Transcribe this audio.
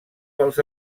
pels